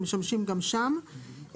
הם משמשים גם שם,